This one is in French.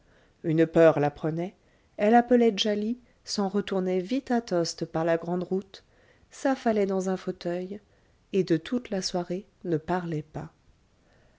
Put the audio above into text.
une peur la prenait elle appelait djali s'en retournait vite à tostes par la grande route s'affaissait dans un fauteuil et de toute la soirée ne parlait pas